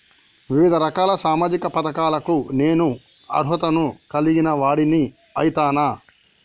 వివిధ రకాల సామాజిక పథకాలకు నేను అర్హత ను కలిగిన వాడిని అయితనా?